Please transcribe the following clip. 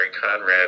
Conrad